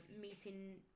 meeting